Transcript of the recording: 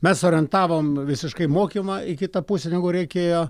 mes orientavom visiškai mokymą į kitą pusę negu reikėjo